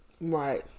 right